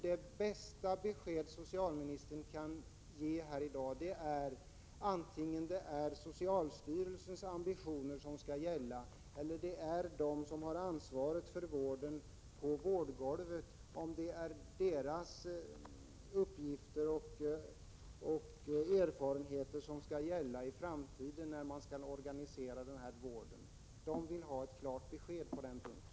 Det bästa besked som socialministern kan ge här i dag är att svara på frågan: Är det socialstyrelsens ambitioner som skall gälla, eller är det uppfattningen hos dem som har ansvaret för vården och erfarenheter från ”vårdgolvet” som skall gälla i framtiden, när man skall organisera den här vården? Man vill ha ett klart besked på den punkten.